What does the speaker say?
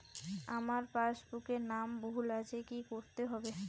আমার পাসবুকে নাম ভুল আছে কি করতে হবে?